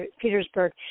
Petersburg